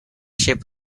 ship